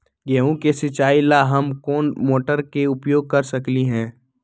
गेंहू के सिचाई ला हम कोंन मोटर के उपयोग कर सकली ह?